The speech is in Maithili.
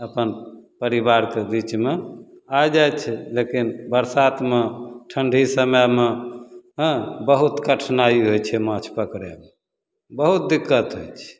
अपन परिवारके बीचमे आ जाइ छै लेकिन बरसातमे ठण्डी समयमे हँ बहुत कठिनाइ होइ छै माछ पकड़ैमे बहुत दिक्कत होइ छै